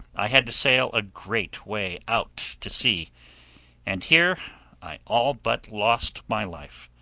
i had to sail a great way out to sea and here i all but lost my life.